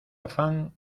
afán